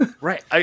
Right